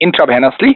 intravenously